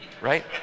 right